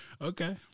Okay